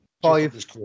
five